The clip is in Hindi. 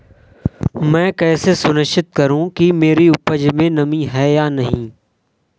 मैं कैसे सुनिश्चित करूँ कि मेरी उपज में नमी है या नहीं है?